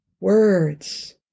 words